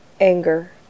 anger